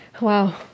Wow